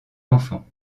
enfants